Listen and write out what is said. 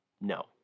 No